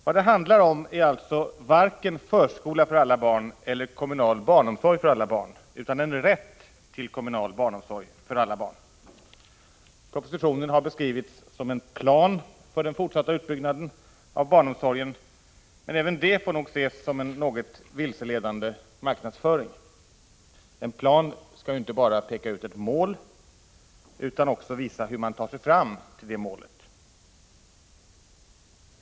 Vad det handlar om är alltså varken förskola för alla barn eller kommunal barnomsorg för alla barn, utan en rätt till kommunal barnomsorg för alla barn. Propositionen har beskrivits som en plan för den fortsatta utbyggnaden av barnomsorgen. Men även det får nog ses som en något vilseledande marknadsföring. En plan skall inte bara peka ut ett mål utan också visa hur man tar sig fram till detta mål.